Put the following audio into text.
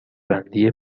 بندی